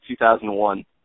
2001